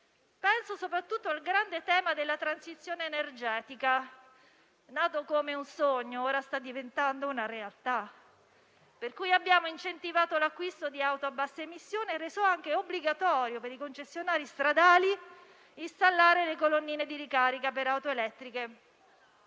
Penso soprattutto al grande tema della transizione energetica. Nato come un sogno, ora sta diventando una realtà. Abbiamo incentivato l'acquisto di auto a bassa emissione e reso obbligatorio, per i concessionari stradali, di installare le colonnine di ricarica per auto elettriche